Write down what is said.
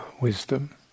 wisdom